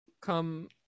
come